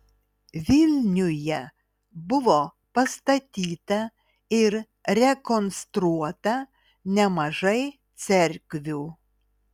vilniuje buvo pastatyta ir rekonstruota nemažai cerkvių